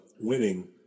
winning